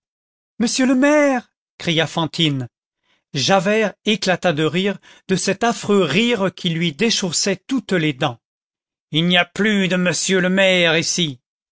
monsieur le maire cria fantine javert éclata de rire de cet affreux rire qui lui déchaussait toutes les dents il n'y a plus de monsieur le maire ici